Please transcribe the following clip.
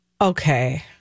Okay